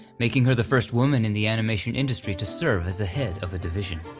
making her the first woman in the animation industry to serve as head of a division.